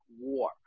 war